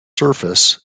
surface